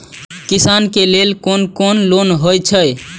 किसान के लेल कोन कोन लोन हे छे?